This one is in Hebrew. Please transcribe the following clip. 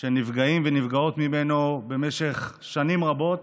שנפגעים ונפגעות ממנו במשך שנים רבות